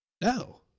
No